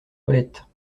toilettes